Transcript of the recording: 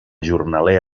jornaler